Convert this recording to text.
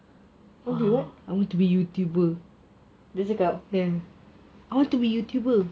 want to be what dia cakap